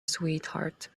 sweetheart